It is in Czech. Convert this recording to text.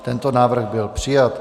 Tento návrh byl přijat.